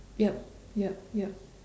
yup yup yup